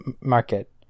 market